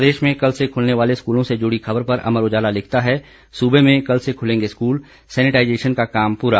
प्रदेश में कल से खुलने वाले स्कूलों से जुड़ी खबर पर अमर उजाला लिखता है सूबे में कल से खुलेगे स्कूल सैनिटाइजेशन का काम पूरा